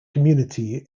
community